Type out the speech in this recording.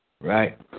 right